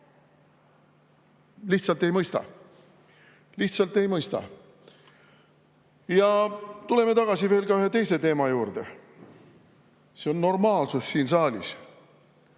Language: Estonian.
Lihtsalt ei mõista. Lihtsalt ei mõista! Tuleme tagasi ühe teise teema juurde: normaalsus siin saalis.